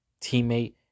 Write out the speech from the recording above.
teammate